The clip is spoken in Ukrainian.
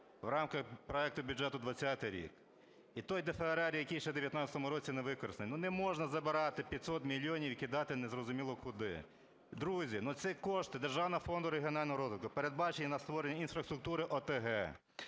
в рамках проекту бюджету на 20-й рік. І той ДФРР, який ще в 19-му році не використаний, ну, не можна забирати 500 мільйонів і кидати незрозуміло куди. Друзі, ну, це кошти Державного фонду регіонального розвитку, передбачені на створення інфраструктури ОТГ,